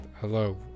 Hello